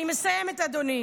אני מסיימת, אדוני.